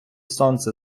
сонце